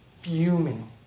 fuming